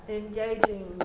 engaging